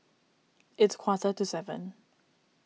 its quarter to seven